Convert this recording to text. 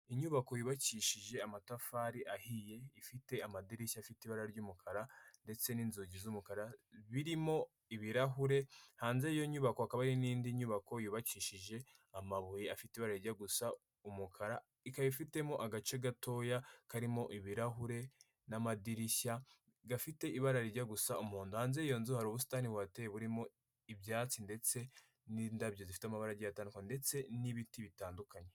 Inyubako yubakishije amatafari ahiye ifite amadirishya afite ibara ry'umukara ndetse n'inzugi z'umukara birimo ibirahure, hanze y'iyo nyubako haka hari n'indi nyubako yubakishije amabuye afite ibara gusa umukara, ikaba ifitemo agace gatoya karimo ibirahure n'amadirishya gafite ibara rijya gusa umuhodo, hanze y'iyo nzu hari ubusitani buhateye burimo ibyatsi ndetse n'indabyo zifite amabara agiye atandukanye ndetse n'ibiti bitandukanye.